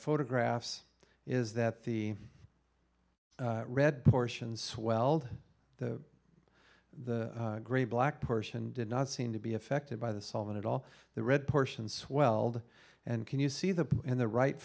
photographs is that the red portions swelled the the gray black portion did not seem to be affected by the solvent at all the red portion swelled and can you see the in the right